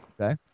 Okay